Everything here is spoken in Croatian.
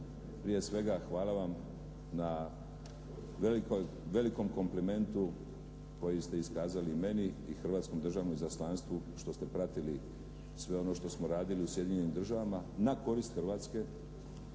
Prije svega hvala vam na velikom komplimentu koji ste iskazali meni i hrvatskom državnom izaslanstvu što ste pratili sve ono što smo radili u Sjedinjenim Državama na korist Hrvatske